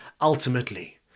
ultimately